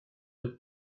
your